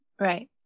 Right